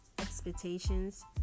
expectations